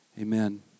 Amen